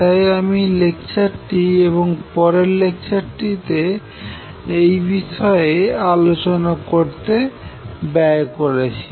তাই আমি এই লেকচারটি এবং পরের লেকচারটি তে এই বিষয়ে আলোচনা করতে ব্যয় করছি